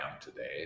today